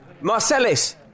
Marcellus